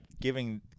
giving